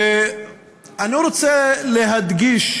ואני רוצה להדגיש